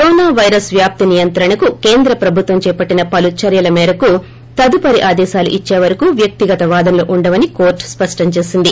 corona virus వ్యాప్తి నియంత్రణకు కేంద్ర ప్రభుత్వం చేపట్టిన పలు చర్యల మేరకు తదుపరి ఆదేశాలు ఇచ్చేవరకు వ్యక్తిగత వాదనలు ఉండవని కోర్ట్ స్పష్టం చేసింది